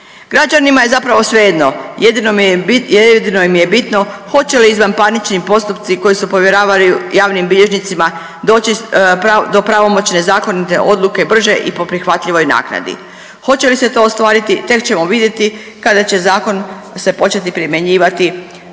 Građanima je zapravo svejedno, jedino im je bitno hoće li izvanparnični postupci koji se povjeravaju javnim bilježnicima doći do pravomoćne zakonite odluke brže i po prihvatljivoj naknadi. Hoće li se to ostvariti tek ćemo vidjeti kada će zakon se početi primjenjivati i